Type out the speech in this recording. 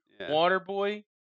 Waterboy